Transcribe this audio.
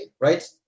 right